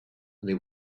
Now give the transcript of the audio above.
they